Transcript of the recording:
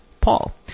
Paul